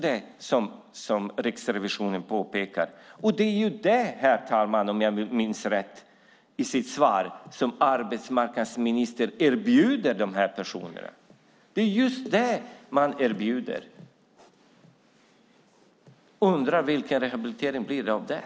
Det är just det man erbjuder. Jag undrar vilken rehabilitering det blir av det.